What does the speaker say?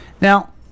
Now